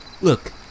look